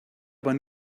aber